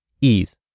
ease